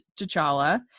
T'Challa